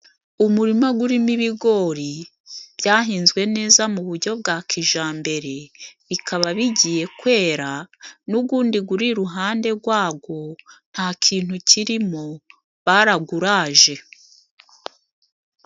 Umurima gurimo ibigori byahinzwe neza mu bujyo bwa kijambere bikaba bigiye kwera, n'ugundi guri iruhande gwagwo nta kintu kirimo baraguraje.